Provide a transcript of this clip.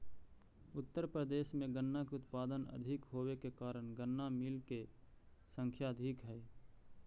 उत्तर प्रदेश में गन्ना के उत्पादन अधिक होवे के कारण गन्ना मिलऽ के संख्या अधिक हई